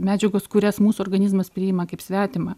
medžiagos kurias mūsų organizmas priima kaip svetimą